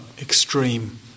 extreme